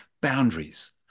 boundaries –